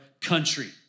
country